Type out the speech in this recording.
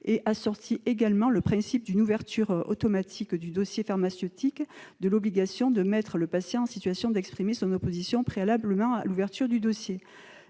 et assortit également le principe d'une ouverture automatique du dossier pharmaceutique de l'obligation de mettre le patient en situation d'exprimer son opposition préalablement à l'ouverture du dossier.